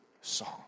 song